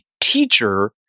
teacher